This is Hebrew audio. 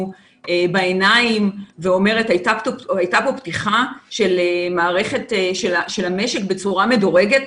בעיניים ואומרת שהייתה פה פתיחה של מערכת של המשק בצורה מדורגת,